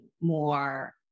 more